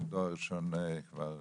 את הדור הראשון כבר